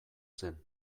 zen